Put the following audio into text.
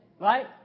Right